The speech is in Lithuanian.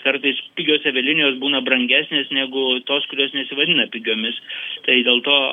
kartais pigios avialinijos būna brangesnės negu tos kurios nesivadina pigiomis štai dėl to